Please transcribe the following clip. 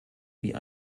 wie